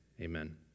amen